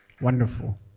Wonderful